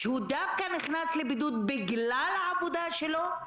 שהוא נכנס לבידוד בגלל העבודה שלו?